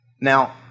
Now